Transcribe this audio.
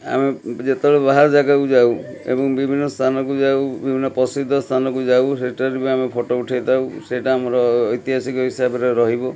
ଆମେ ଯେତେବେଳେ ବାହାର ଜାଗାକୁ ଯାଉ ଏବଂ ବିଭିନ୍ନ ସ୍ଥାନକୁ ଯାଉ ବିଭିନ୍ନ ପସିଦ୍ଧ ସ୍ଥାନକୁ ଯାଉ ସେଠାରେ ବି ଆମେ ଫୋଟୋ ଉଠେଇଥାଉ ସେଇଟା ଆମର ଐତିହାସିକ ହିସାବରେ ରହିବ